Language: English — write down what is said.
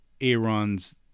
Aaron's